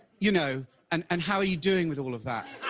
you know and and how are you doing with all of that?